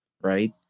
right